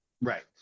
Right